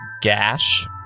gash